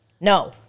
No